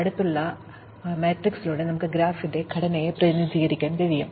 അടുത്തുള്ള മാട്രിക്സിലൂടെ നമുക്ക് ഗ്രാഫിന്റെ ഘടനയെ പ്രതിനിധീകരിക്കാൻ കഴിയും